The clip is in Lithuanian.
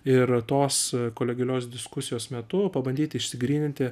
ir tos kolegialios diskusijos metu pabandyti išsigryninti